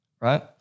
right